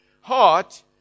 heart